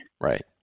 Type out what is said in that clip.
right